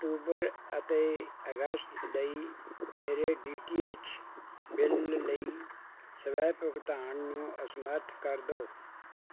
October ਅਤੇ ਅਗਸਤ ਲਈ ਮੇਰੇ ਡੀ ਟੀ ਐਚ ਬਿੱਲ ਲਈ ਸਵੈ ਭੁਗਤਾਨ ਨੂੰ ਅਸਮਰੱਥ ਕਰ ਦਓ